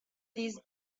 these